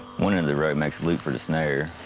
one end of the rope makes the loop for the snare.